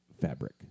fabric